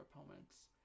opponents